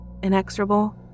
inexorable